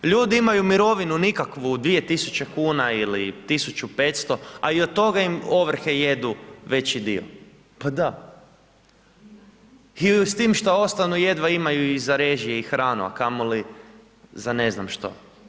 Ljudi imaju mirovinu nikakvu, 2.000,00 kuna ili 1.500,00, a i od toga im ovrhe jedu veći dio, pa da, i s tim što ostanu jedva imaju i za režije i hranu, a kamoli za ne znam što.